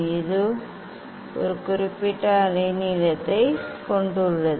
இது ஒரு குறிப்பிட்ட அலைநீளத்தைக் கொண்டுள்ளது